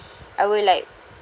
I will like